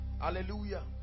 Hallelujah